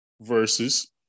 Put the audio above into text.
versus